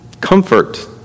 comfort